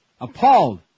Appalled